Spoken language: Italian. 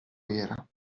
era